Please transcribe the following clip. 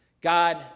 God